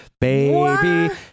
Baby